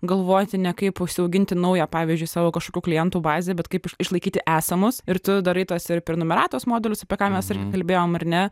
galvoti ne kaip užsiauginti naują pavyzdžiui savo kažkokių klientų bazę bet kaip išlaikyti esamus ir tu darai tuos ir prenumeratos modelius apie ką mes irgi kalbėjom ar ne